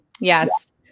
yes